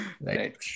Right